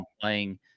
playing